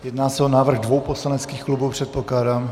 Jedná se o návrh dvou poslaneckých klubů, předpokládám?